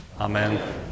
Amen